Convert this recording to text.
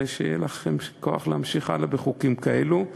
ושיהיה לך כוח להמשיך הלאה בחוקים כאלה.